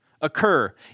occur